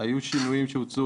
היו שינויים שהוצעו,